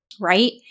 right